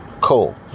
cool